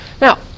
Now